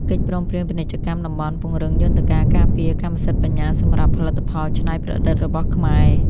កិច្ចព្រមព្រៀងពាណិជ្ជកម្មតំបន់ពង្រឹងយន្តការការពារកម្មសិទ្ធិបញ្ញាសម្រាប់ផលិតផលច្នៃប្រឌិតរបស់ខ្មែរ។